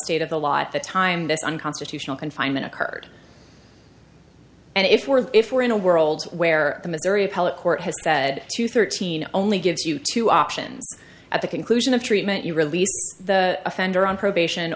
state of the law at the time this unconstitutional confinement occurred and if we're if we're in a world where the missouri appellate court has said to thirteen only gives you two options at the conclusion of treatment you release the offender on probation